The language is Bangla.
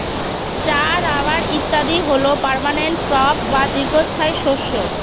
চা, রাবার ইত্যাদি হল পার্মানেন্ট ক্রপ বা দীর্ঘস্থায়ী শস্য